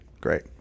Great